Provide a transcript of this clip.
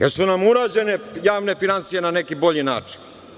Jesu li nam urađene javne finansije na neki bolji način?